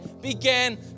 began